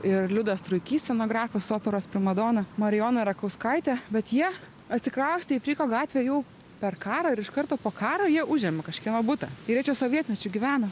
ir liudas truikys scenografas operos primadona marijona rakauskaitė bet jie atsikraustė į fryko gatvę jau per karą ir iš karto po karo jie užėmė kažkieno butą ir jie čia sovietmečiu gyveno